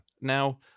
Now